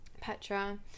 petra